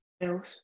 else